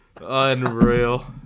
Unreal